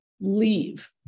leave